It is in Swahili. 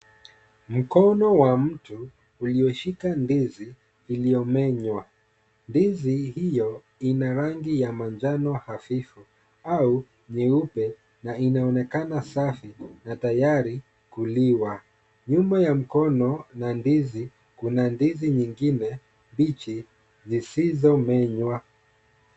Mkono wa mtu ulioshika ndizi uliomenywa. Ndizi hiyo ina rangi ya manjano hafifu au nyeupe na inaonekana safi na tayari kuliwa. Nyuma ya mkono kuna ndizi nyingine mbichi zisizomenywa.